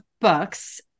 books